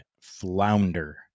flounder